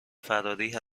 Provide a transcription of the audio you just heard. فراری